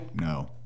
No